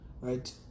right